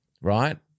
right